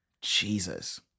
Jesus